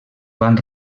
van